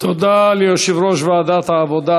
תודה ליושב-ראש ועדת העבודה,